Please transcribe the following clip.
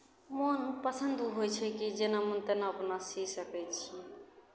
मोन पसन्द होइ छै कि जेना मोन तेना अपना सी सकै छी